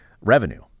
revenue